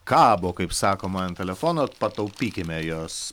kabo kaip sakoma ant telefono pataupykime jos